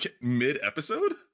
mid-episode